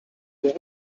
dorf